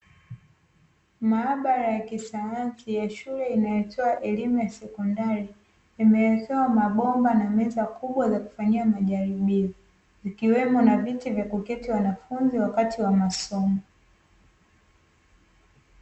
Maabara ya kisayansi ya shule inayotoa elimu ya sekondari, imewekewa mabomba na meza kubwa yakufanyia majaribio vikiwemo na viti vya kuketi wanafunzi wakati wa masomo.